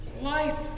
life